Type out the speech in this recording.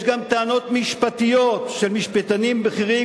יש גם טענות משפטיות של משפטנים בכירים,